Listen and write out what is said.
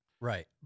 Right